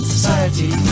Society